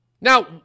Now